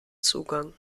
zugang